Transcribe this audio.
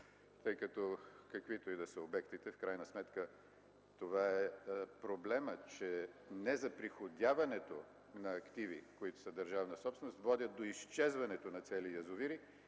тъй като каквито и да са обектите в крайна сметка това е проблемът – че незаприходяването на активи, които са държавна собственост, водят до изчезването на цели язовири,